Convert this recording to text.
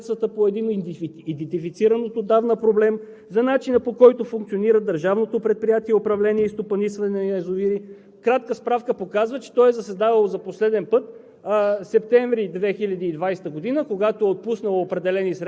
десетките въпроси, свързани с начина, по който се оползотворяват средствата по един идентифициран отдавна проблем, за начина, по който функционира Държавното предприятие „Управление и стопанисване на язовири“. Кратка справка показва, че то е заседавало за последен път